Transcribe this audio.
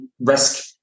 risk